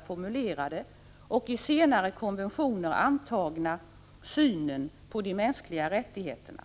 = Prot. 1985/86:37 formulerade och i senare konventioner antagna synen på de mänskliga 27 november 1985 rättigheterna.